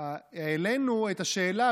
העלינו את השאלה,